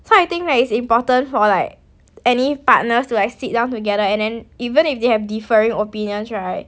so I think like it's important for like any partners to like sit down together and then even if they have differing opinions right